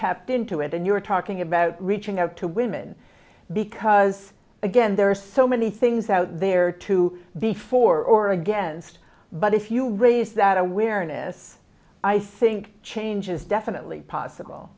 tapped into it and you're talking about reaching out to women because again there are so many things out there to be for or against but if you raise that awareness i think change is definitely possible